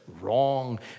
wrong